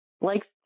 likes